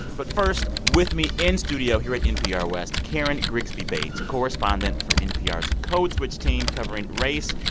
but first, with me in studio here at npr west, karen grigsby bates, correspondent for npr's code switch team covering race,